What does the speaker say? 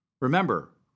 Remember